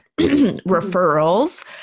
referrals